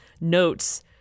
notes